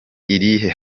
irihe